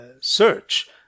search